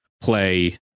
play